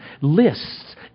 lists